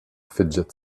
fidget